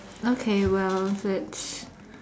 okay well let's